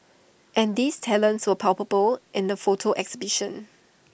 and these talents were palpable in the photo exhibition